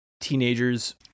teenagers